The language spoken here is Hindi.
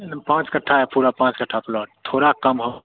पाँच कट्ठा है पूरा पाँच कट्ठा प्लॉट थोड़ा कम हो